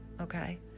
okay